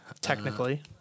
Technically